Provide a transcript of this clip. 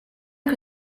que